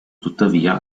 tuttavia